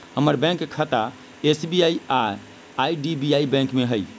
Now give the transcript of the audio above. हमर बैंक खता एस.बी.आई आऽ आई.डी.बी.आई बैंक में हइ